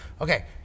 Okay